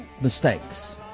mistakes